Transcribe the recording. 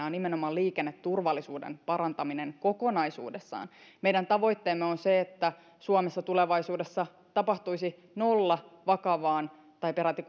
on nimenomaan liikenneturvallisuuden parantaminen kokonaisuudessaan meidän tavoitteemme on se että suomessa tulevaisuudessa tapahtuisi nolla vakavaa tai peräti